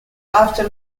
after